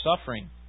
suffering